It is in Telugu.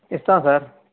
ఇస్తాం సార్